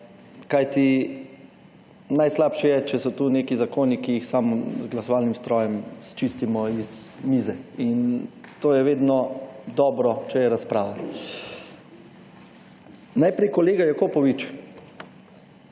najslabše je, če so tu neki zakoni, ki jih samo z glasovalnim strojem sčistimo iz mize in to je vedno dobro, če je razprava. Najprej kolega Jakopovič.